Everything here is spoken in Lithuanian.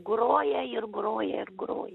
groja ir groja ir groja